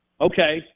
Okay